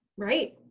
right.